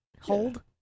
hold